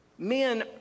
Men